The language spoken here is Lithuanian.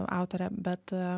autorė bet